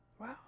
Wow